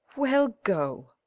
well, go.